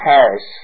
Paris